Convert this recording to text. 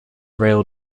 rail